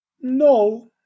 No